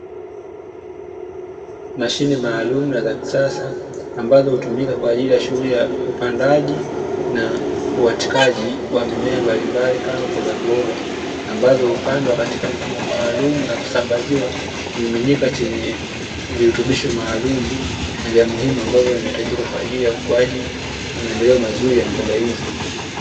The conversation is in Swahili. Mashine maalumu na za kisasa ambazo hutumika katika shughuli ya upandaji na uwatikaji wa mimea mbalimbali, kama mbogamboga ambazo hupandwa katika mfumo maalumu na kusambaziwa kimiminika chenye virutubisho maalumu, na vya muhimu ambavyo vinahitajika kwa ajili ya ukuaji na maendeleo mazuri ya mboga hizo.